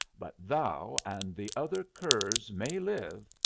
but thou and the other curs may live,